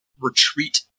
retreat